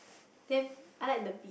then I like the